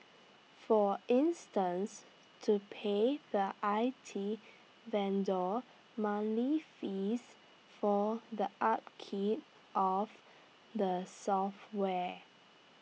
for instance to pay the I T vendor money fees for the upkeep of the software